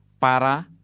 Para